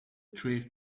thrift